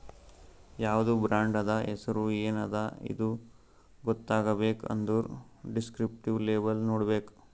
ಯಾವ್ದು ಬ್ರಾಂಡ್ ಅದಾ, ಹೆಸುರ್ ಎನ್ ಅದಾ ಇದು ಗೊತ್ತಾಗಬೇಕ್ ಅಂದುರ್ ದಿಸ್ಕ್ರಿಪ್ಟಿವ್ ಲೇಬಲ್ ನೋಡ್ಬೇಕ್